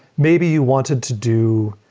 maybe you wanted to do